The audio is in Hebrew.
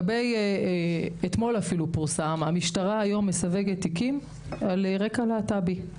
אתמול פורסם שהמשטרה היום מסווגת תיקים על רקע להט"בי.